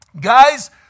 guys